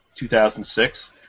2006